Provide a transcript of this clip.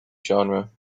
genre